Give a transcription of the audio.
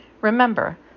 Remember